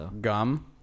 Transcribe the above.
gum